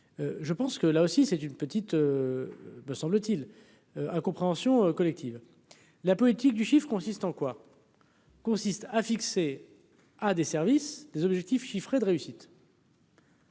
je pense que là aussi c'est une petite me semble-t-il, incompréhension collective. La politique du chiffre consiste en quoi. Consiste à fixer à des services des objectifs chiffrés de réussite.